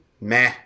meh